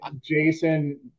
Jason